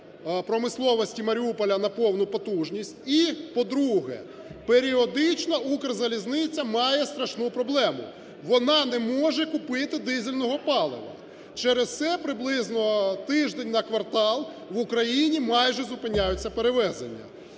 промисловості Маріуполя на повну потужність, і, по-друге, періодично "Укрзалізниця" має страшну проблему: вона не може купити дизельного палива. Через це приблизно тиждень на квартал в Україні майже зупиняються перевезення.